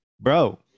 bro